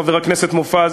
חבר הכנסת מופז.